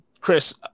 Chris